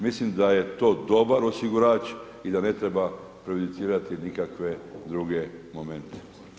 Mislim da je to dobar osigurač i da ne treba prejudicirati nikakve druge momente.